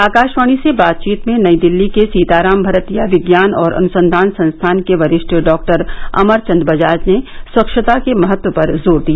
आकाशवाणी से बातचीत में नई दिल्ली के सीताराम भरतीया विज्ञान और अनुसंधान संस्थान के वरिष्ठ डॉक्टर अमर चंद बजाज ने स्वच्छता के महत्व पर जोर दिया